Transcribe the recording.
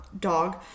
dog